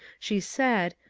she said,